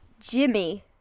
Jimmy